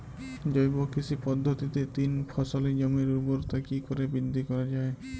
জৈব কৃষি পদ্ধতিতে তিন ফসলী জমির ঊর্বরতা কি করে বৃদ্ধি করা য়ায়?